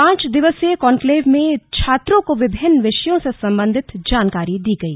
पांच दिवसीय कान्क्लेव में छात्रों को विभिन्न विषयों से संबंधित जानकारी दी गई